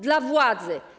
Dla władzy.